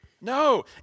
No